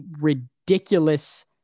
ridiculous